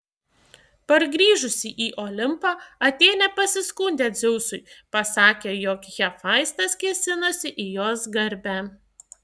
pargrįžusi į olimpą atėnė pasiskundė dzeusui pasakė jog hefaistas kėsinosi į jos garbę